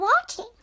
watching